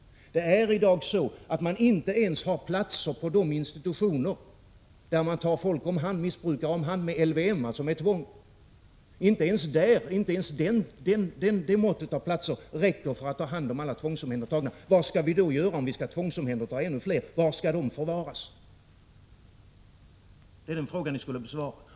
Det är i dag så, att man inte ens har platser på de institutioner där man tar missbrukare om hand med LVM, alltså med tvång. Inte ens det måttet av platser räcker för att ta hand om alla tvångsomhändertagna. Vad skall vi då göra, om vi skall tvångsomhänderta ännu fler? Var skall de förvaras? Det är den frågan ni skall besvara.